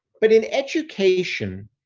but in education,